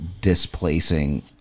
displacing